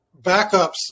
backups